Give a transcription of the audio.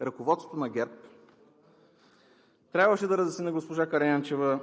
ръководството на ГЕРБ трябваше да разясни на госпожа Караянчева,